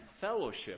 fellowship